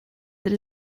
that